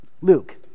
Luke